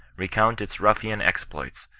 re count its ruffian exploits,